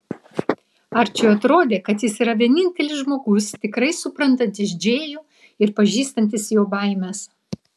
arčiui atrodė kad jis yra vienintelis žmogus tikrai suprantantis džėjų ir pažįstantis jo baimes